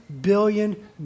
billion